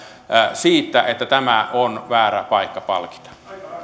siitä että tämä on väärä paikka palkita